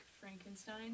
Frankenstein